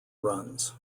runs